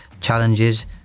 challenges